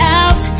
out